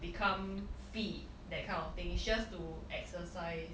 become fit that kind of thing is just to exercise